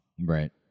Right